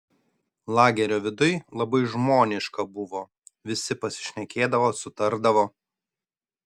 lagerio viduj labai žmoniška buvo visi pasišnekėdavo sutardavo